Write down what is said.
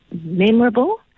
memorable